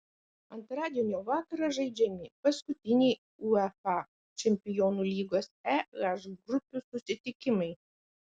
antradienio vakarą žaidžiami paskutiniai uefa čempionų lygos e h grupių susitikimai